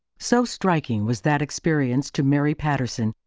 so striking was that experience to mary patterson,